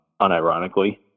unironically